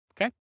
Okay